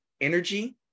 energy